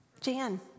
Jan